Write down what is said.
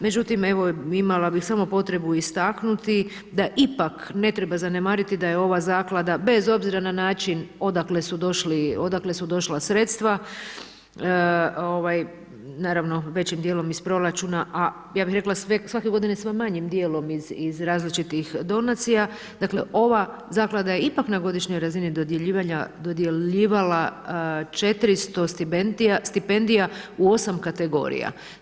Međutim evo, imala bi samo potrebu istaknuti da ipak ne treba zanemariti da je ova zaklada bez obzira na način odakle su došla sredstva, naravno većim djelom iz proračuna a ja bi rekla svake godine sve manjim djelom iz različitih donacija, dakle ova zaklada je ipak na godišnjoj razini dodjeljivala 400 stipendija u 8 kategorija.